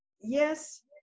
yes